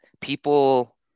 people